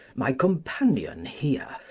my companion here,